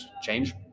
change